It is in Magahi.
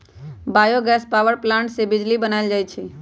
बायो गैस पावर प्लांट से बिजली बनाएल जाइ छइ